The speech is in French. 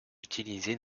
utilisée